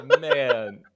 man